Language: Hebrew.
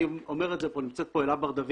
אני אומר את זה כאן ונמצאת כאן אלה בר-דוד,